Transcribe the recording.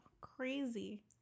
Crazy